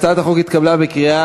הצעת החוק התקבלה בקריאה